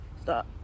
Stop